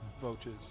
Vultures